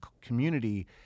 community